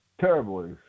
Terribly